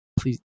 please